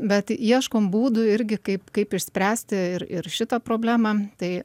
bet ieškom būdų irgi kaip kaip išspręsti ir ir šitą problemą tai